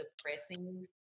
suppressing